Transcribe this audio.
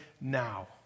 now